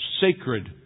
sacred